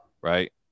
right